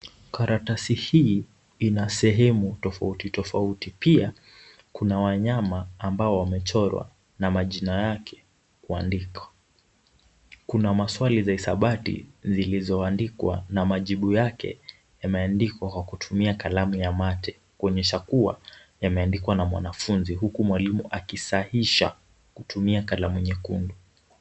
Karatasi hii ina sehemu tofauti tofauti. Pia kuna wanyama ambao wamechorwa na majina yake kuandikwa. Kuna maswali za hisabati zilizoandikwa na majibu yake yameandikwa kwa kutumia kalamu ya mate. Kuonyesha kuwa yameandikwa na mwanafunzi huku mwalimu akisahisha kutumia kalamu nyekundu.